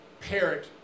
parrot